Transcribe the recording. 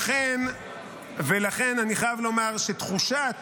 לכן אני חייב לומר שתחושת